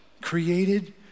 created